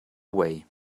way